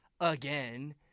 again